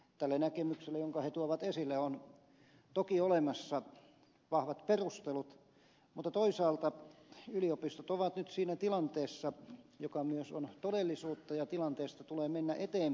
tälle näkemykselle jonka he tuovat esille on toki olemassa vahvat perustelut mutta toisaalta yliopistot ovat nyt siinä tilanteessa joka myös on todellisuutta ja tilanteesta tulee mennä eteenpäin